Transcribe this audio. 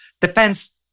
depends